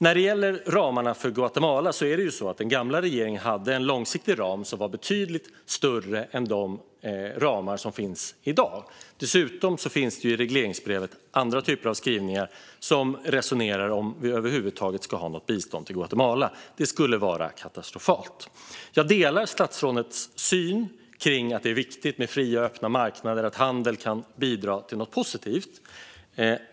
När det gäller ramarna för Guatemala hade den förra regeringen en långsiktig ram som var betydligt större än de ramar som finns i dag. Dessutom finns det i regleringsbrevet andra typer av skrivningar som resonerar om huruvida vi över huvud taget ska ha något bistånd till Guatemala. Det skulle vara katastrofalt om det avskaffades. Jag delar statsrådets syn att det är viktigt med fria och öppna marknader och att handel kan bidra positivt.